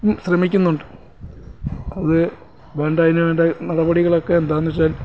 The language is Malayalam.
ശ്രമിക്കുന്നുണ്ട് അത് വേണ്ടതിനുവേണ്ട നടപടികളൊക്കെ എന്താണെന്നു വെച്ചാൽ